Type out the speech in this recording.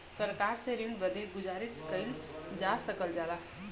सरकार से ऋण बदे गुजारिस कइल जा सकल जाला